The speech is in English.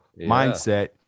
mindset